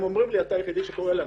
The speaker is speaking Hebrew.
הם אומרים לי: אתה היחידי שקורא לנו.